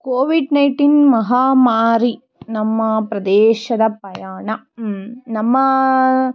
Covid nineteen ಮಹಾಮಾರಿ ನಮ್ಮ ಪ್ರದೇಶದ ಪ್ರಯಾಣ ನಮ್ಮ